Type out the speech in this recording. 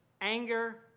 Anger